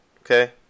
okay